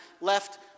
left